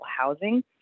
housing